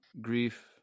grief